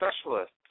Specialists